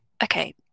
okay